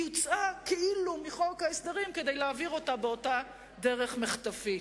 הוצאה כאילו מחוק ההסדרים כדי להעביר אותה באותה דרך מחטפית.